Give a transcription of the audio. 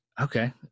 Okay